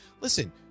listen